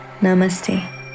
Namaste